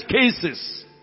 cases